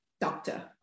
Doctor